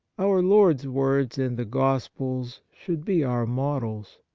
our lord's words in the gospels should be our models.